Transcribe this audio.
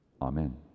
amen